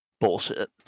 Bullshit